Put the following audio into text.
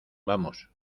vamos